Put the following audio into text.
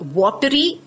watery